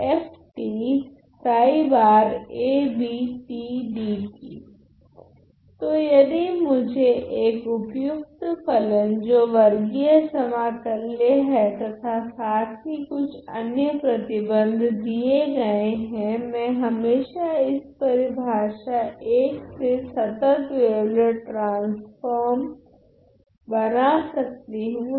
तो तो यदि मुझे एक उपयुक्त फलन जो वर्गीय समाकल्य है तथा साथ ही कुछ अन्य प्रतिबंध दिये गए है मैं हमेशा इस परिभाषा I से संतत् वेवलेट ट्रान्स्फ़ोर्म बना सकती हूँ